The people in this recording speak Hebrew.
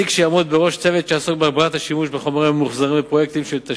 שימוש בחומרים ממוחזרים בהיקף של 20% מסך